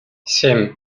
семь